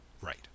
Right